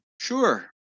Sure